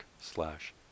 slash